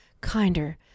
kinder